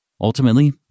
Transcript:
Ultimately